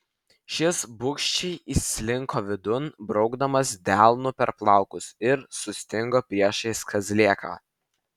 šis bugščiai įslinko vidun braukdamas delnu per plaukus ir sustingo priešais kazlėką